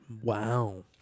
wow